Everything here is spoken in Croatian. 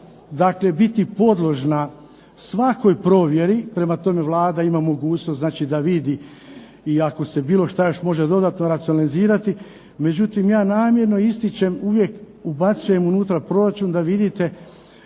mora biti podložna svakoj provjeri, prema tome Vlada ima mogućnost dakle da vidi i ako se bilo što može dodati, racionalizirati, međutim, ja rado to istićem, uvijek ubacujem unutra proračun da vidite